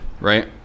right